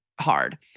hard